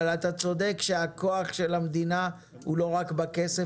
אבל אתה צודק שהכוח של המדינה הוא לא רק בכסף,